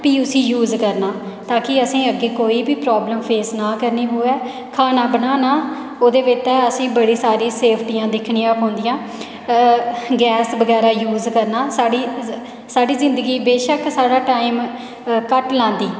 फ्ही उसी यूज करना ताकि अग्गै असेंगी अग्गे कोई बी प्रॉब्लम फेस ना करनी पवै खाना बनाना ओह्दे बास्ते असेंगी बड़ी सेफ्टियां दिक्खिनयां पौंदियां गैस बगैरा यूज करना साढ़ी जिंदगी बेशक साढ़ा टाइम घट्ट लांदी